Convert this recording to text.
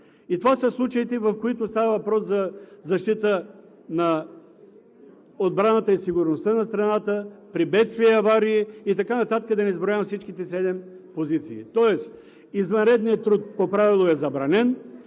и това са случаите, в които става въпрос за защита на отбраната и сигурността на страната, при бедствия и аварии и така нататък – да не изброявам всичките седем позиции. Тоест извънредният труд по правило е забранен,